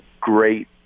great